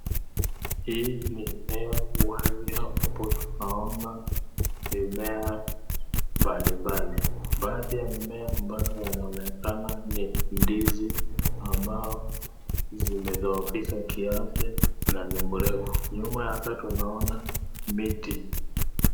Hii ni eneo wazi ambapo tunaona mimea mbalimbali. Baadhi ya mimea ambao yanaonekana ni ndizi, ambao zimedhoofika kiafya na ni mrefu. Nyuma yake tunaona miti.